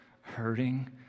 hurting